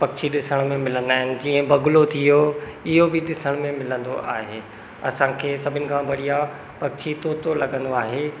पक्षी ॾिसण में मिलंदा आहिनि जीअं बगुलो थी वियो इहो बि ॾिसण में मिलंदो आहे असांखे सभिनि खां बढ़िया पक्षी तोतो लॻंदो आहे